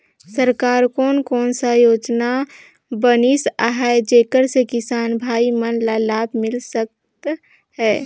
सरकार कोन कोन सा योजना बनिस आहाय जेकर से किसान भाई मन ला लाभ मिल सकथ हे?